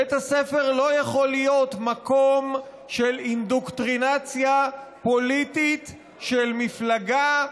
בית הספר לא יכול להיות מקום של אינדוקטרינציה פוליטית של מפלגה,